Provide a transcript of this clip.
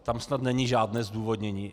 Tam snad není žádné zdůvodnění.